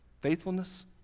faithfulness